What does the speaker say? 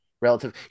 relative